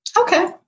Okay